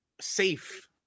safe